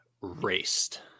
raced